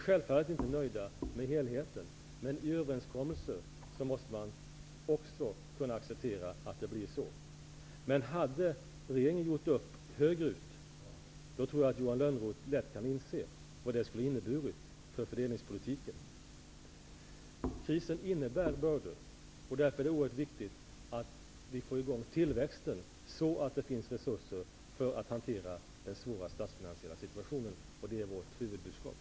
Självfallet är vi inte nöjda med helheten, men i överenskommelser måste man också kunna acceptera det. Om regeringen emellertid hade gjort upp högerut, tror jag att Johan Lönnroth lätt kan inse vad det hade inneburit för fördelningspolitiken. Krisen innebär bördor, och därför är det oerhört viktigt att få igång tillväxten, för att få resurser till att hantera den svåra statsfinansiella situationen. Det är vårt huvudbudskap.